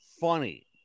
funny